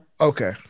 okay